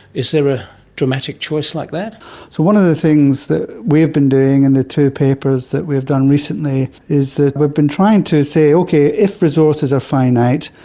is there a dramatic choice like that? so one of the things that we have been doing in and the two papers that we have done recently is that we've been trying to say, okay, if resources are finite,